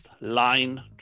line